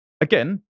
Again